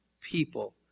people